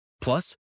Plus